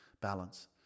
Balance